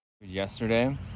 Yesterday